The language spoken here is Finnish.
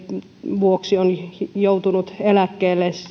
vuoksi on joutunut eläkkeelle